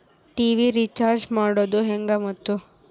TV recharge ಮಾಡೋದು ಹೆಂಗ ಮತ್ತು?